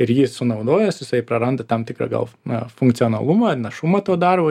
ir jį sunaudojus jisai praranda tam tikrą gal na funkcionalumą ir našumą to darbo